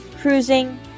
cruising